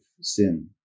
sin